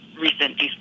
recent